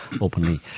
openly